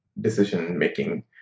decision-making